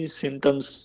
symptoms